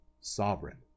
sovereign